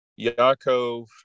Yaakov